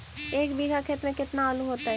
एक बिघा खेत में केतना आलू होतई?